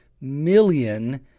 million